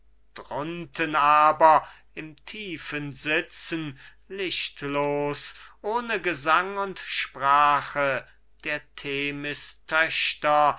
drunten aber im tiefen sitzen lichtlos ohne gesang und sprache der themis